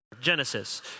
Genesis